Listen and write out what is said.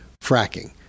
fracking